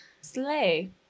Slay